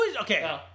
Okay